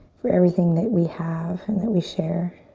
for everything that we have and that we share.